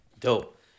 Dope